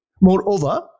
Moreover